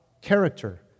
character